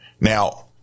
Now